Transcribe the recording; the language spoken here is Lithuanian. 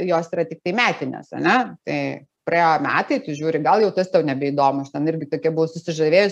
jos yra tiktai metinės ane tai praėjo metai tu žiūri gal jau tas tau nebeįdomu aš ten irgi tokia buvau susižavėjus